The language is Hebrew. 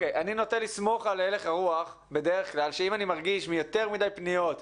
אני נוטה לסמוך על הלך הרוח שאם אני מרגיש שיש יותר מדי פניות אמינות,